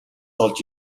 олж